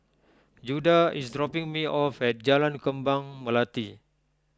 Judah is dropping me off at Jalan Kembang Melati